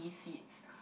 seats